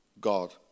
god